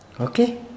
Okay